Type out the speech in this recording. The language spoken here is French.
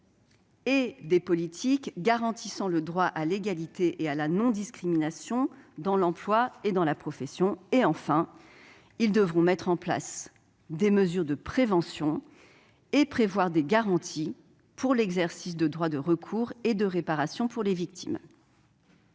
et des politiques garantissant le droit à l'égalité et à la non-discrimination dans l'emploi et la profession ». Enfin, ils devront mettre en place des mesures de prévention et prévoir des garanties pour l'exercice des droits de recours et de réparation pour les victimes.